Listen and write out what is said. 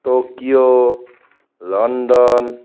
Tokyo London